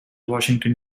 washington